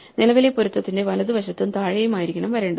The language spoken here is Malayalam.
നിലവിലെ പൊരുത്തത്തിന്റെ വലതുവശത്തും താഴെയുമായിരിക്കണം വരേണ്ടത്